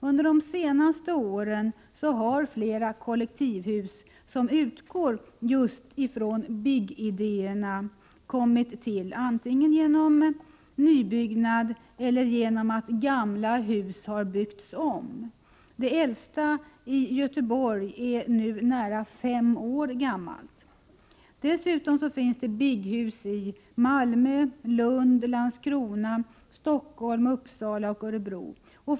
Under de senaste åren har flera kollektivhus, som utgår just från BIG-idéerna, kommit till antingen genom nybyggnad eller genom att gamla hus har byggts om. Det äldsta, i Göteborg, är nu nära fem år gammalt. Dessutom finns det BIG-hus i Malmö, Lund, Landskrona, Stockholm, Uppsala och Örebro.